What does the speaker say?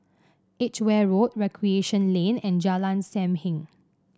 Edgeware Road Recreation Lane and Jalan Sam Heng